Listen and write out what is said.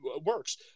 works